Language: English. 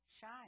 shine